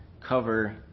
cover